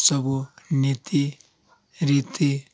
ସବୁ ନୀତି ରୀତି